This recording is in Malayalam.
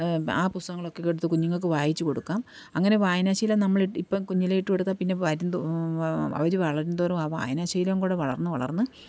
ആ പുസ്തകങ്ങളൊക്കെ എടുത്ത് കുഞ്ഞുങ്ങള്ക്ക് വായിച്ചു കൊടുക്കാം അങ്ങനെ വായനാ ശീലം നമ്മള് ഇപ്പം കുഞ്ഞിലെ ഇട്ടു കൊടുത്താല് പിന്നെ വരും അവര് വളരുംതോറും ആ വായനാ ശീലം കൂടെ വളർന്ന് വളർന്ന്